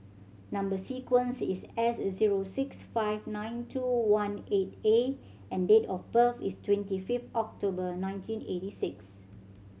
number sequence is S zero six five nine two one eight A and date of birth is twenty fifth October nineteen eighty six